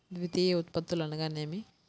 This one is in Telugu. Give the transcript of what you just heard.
ద్వితీయ ఉత్పత్తులు అనగా నేమి?